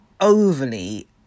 overly